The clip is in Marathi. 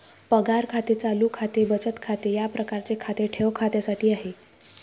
पगार खाते चालू खाते बचत खाते या प्रकारचे खाते ठेव खात्यासाठी आहे